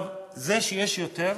זה שיש יותר,